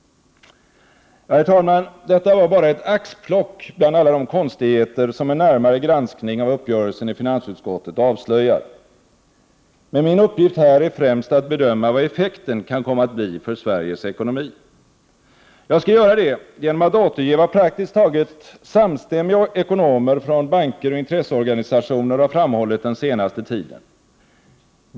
Herr talman! Detta var bara ett axplock bland alla de konstigheter som en närmare granskning av uppgörelsen i finansutskottet avslöjar. Men min uppgift här är främst att bedöma vad effekten kan komma att bli för Sveriges | ekonomi. Jag skall göra det genom att återge vad praktiskt taget samstämmi ga ekonomer från banker och intresseorganisationer har framhållit den senaste tiden.